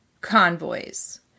convoys